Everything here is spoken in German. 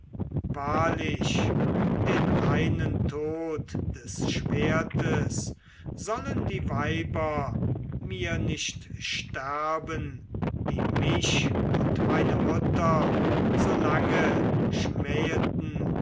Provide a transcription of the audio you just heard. wahrlich den reinen tod des schwertes sollen die weiber mir nicht sterben die mich und meine mutter so lange